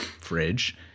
fridge